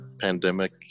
pandemic